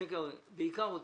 כן, בעיקר אותי.